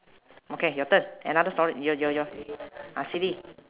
okay your turn another story your your your ah silly